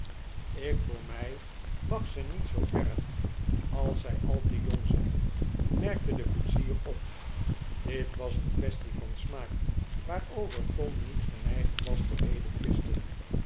ik voor mij mag ze niet zoo erg als zij al te jong zijn merkte de koetsier op dit was een quaestie van smaak waarover tom niet geneigd was te